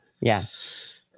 Yes